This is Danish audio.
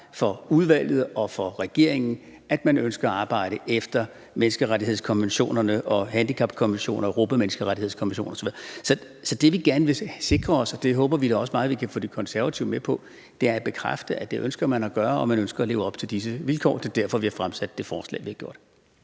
for udvalget og for regeringen, at man ønsker at arbejde efter menneskerettighedskonventionerne og handicapkonventionen og den europæiske menneskerettighedskonvention osv. Så det, vi gerne vil sikre os, og det håber vi da også meget vi kan få De Konservative med på, er en bekræftelse af, at det ønsker man at gøre, og at man ønsker at leve op til disse vilkår. Det er derfor, vi har fremsat det forslag, vi har gjort.